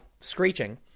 screeching